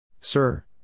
Sir